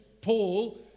Paul